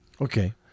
Okay